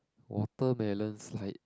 watermelon slide